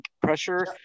pressure